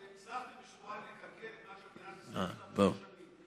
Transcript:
הצלחתם בשבועיים לקלקל מה שמדינת ישראל עשתה בשש שנים.